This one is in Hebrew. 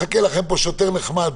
מחכה לכם פה שוטר נחמד,